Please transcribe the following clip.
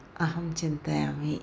अहं चिन्तयामि